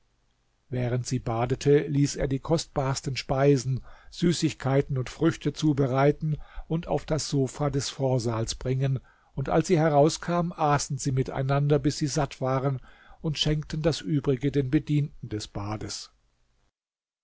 während sie badete ließ er die kostbarsten speisen süßigkeiten und früchte zubereiten und auf das sofa des vorsaals bringen und als sie herauskam aßen sie miteinander bis sie satt waren und schenkten das übrige den bedienten des bades